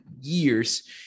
years